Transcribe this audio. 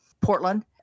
Portland